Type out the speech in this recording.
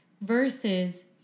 Versus